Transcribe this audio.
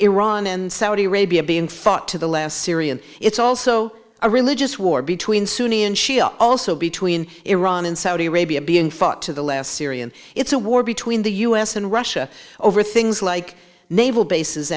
iran and saudi arabia being fought to the last syrian it's also a religious war between sunni and shia also between iran and saudi arabia being fought to the last syrian it's a war between the u s and russia over things like naval bases